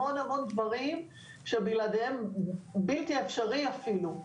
המון המון דברים שבלעדיהם בלתי אפשרי אפילו,